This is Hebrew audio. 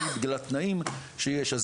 אטרקטיבי בגלל התנאים שיש.